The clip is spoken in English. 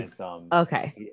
Okay